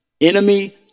Enemy